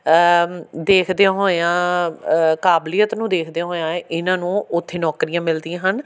ਦੇਖਦਿਆਂ ਹੋਇਆਂ ਕਾਬਲੀਅਤ ਨੂੰ ਦੇਖਦਿਆਂ ਹੋਇਆਂ ਇਹਨਾਂ ਨੂੰ ਉੱਥੇ ਨੌਕਰੀਆਂ ਮਿਲਦੀਆਂ ਹਨ